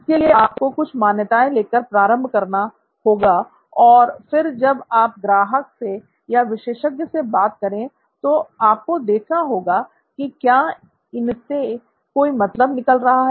इसके लिए आपको कुछ मान्यताओं लेकर प्रारंभ करना होगा और फिर जब आप ग्राहक से या विशेषज्ञ से बात करें तो आपको देखना होगा की क्या इनसे कोई मतलब निकल रहा है